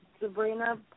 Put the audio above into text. Sabrina